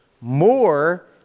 more